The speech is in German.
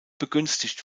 begünstigt